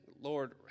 Lord